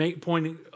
pointing